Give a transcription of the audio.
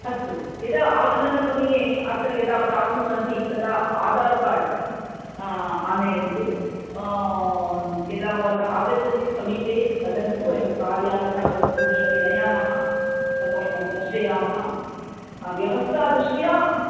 अस्तु यदा आगमनसमये अत्र यदा प्राप्नुवन्ति तदा आधार्कार्ड् आनयन्तु यदा भवन्तः आगच्छन्ति समीपे वदन्तु वयं कार्यानतः वस्तूनि अपि नयामः प्रकोष्ठं दर्शयामः व्यवस्था दृष्ट्या